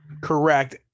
Correct